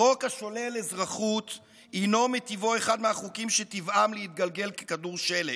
חוק השולל אזרחות הינו מטיבו אחד מהחוקים שטבעם להתגלגל ככדור שלג.